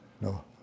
no